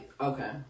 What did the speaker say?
Okay